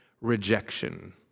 rejection